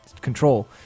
control